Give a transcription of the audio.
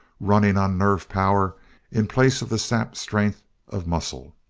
running on nerve-power in place of the sapped strength of muscle.